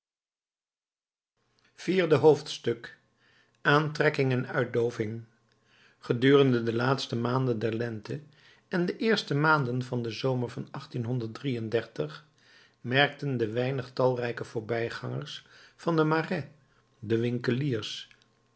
vierde hoofdstuk aantrekking en uitdooving gedurende de laatste maanden der lente en de eerste maanden van den zomer van merkten de weinig talrijke voorbijgangers van den marais de winkeliers